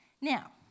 Now